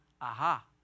aha